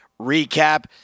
recap